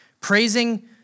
Praising